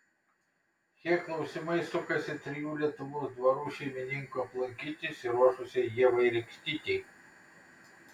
šie klausimai sukasi trijų lietuvos dvarų šeimininkų aplankyti išsiruošusiai ievai rekštytei